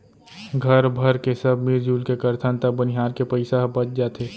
घर भरके सब मिरजुल के करथन त बनिहार के पइसा ह बच जाथे